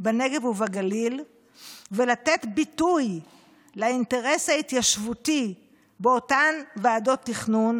בנגב ובגליל ולתת ביטוי לאינטרס ההתיישבותי באותן ועדות תכנון,